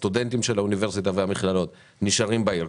הסטודנטים של האוניברסיטה והמכללות נשארים בעיר.